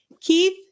Keith